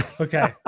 okay